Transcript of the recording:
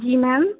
जी ma'am